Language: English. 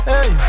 Hey